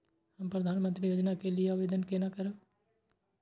हम प्रधानमंत्री योजना के लिये आवेदन केना करब?